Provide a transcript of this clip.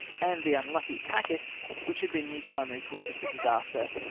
and the unlucky packet which had been the primary cause of the disaster,